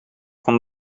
van